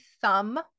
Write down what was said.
thumb